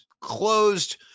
closed